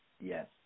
yes